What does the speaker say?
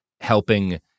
helping